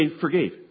forgave